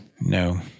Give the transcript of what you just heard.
No